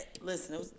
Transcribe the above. Listen